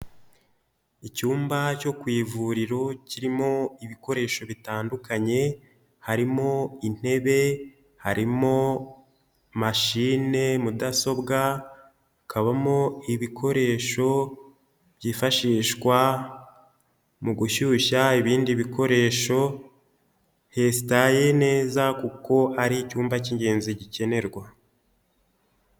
Icyumba cyo ku ivuriro kirimo ibikoresho bitandukanye, harimo intebe, harimo mashine, mudasobwa, hakabamo ibikoresho byifashishwa mu gushyushya ibindi bikoresho, hesitaye neza kuko ari icyumba k'ingenzi gikenerwa.